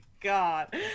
God